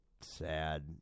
sad